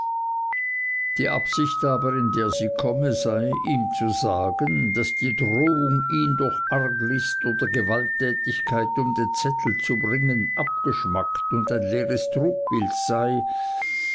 die absicht aber in der sie komme sei ihm zu sagen daß die drohung ihn durch arglist oder gewalttätigkeit um den zettel zu bringen abgeschmackt und ein leeres trugbild sei